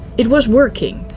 it was working,